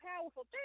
powerful